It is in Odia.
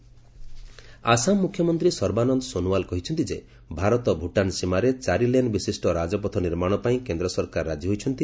ଆସାମ ସୋନଓାଲ ଆସାମ ମୁଖ୍ୟମନ୍ତ୍ରୀ ସର୍ବାନନ୍ଦ ସୋନୱାଲ କହିଛନ୍ତି ଯେ ଭାରତ ଭୂଟାନ ସୀମାରେ ଚାରିଲେନ୍ ବିଶିଷ୍ଟ ରାଜପଥ ନିର୍ମାଣ ପାଇଁ କେନ୍ଦ୍ର ସରକାର ରାଜି ହୋଇଛନ୍ତି